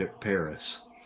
Paris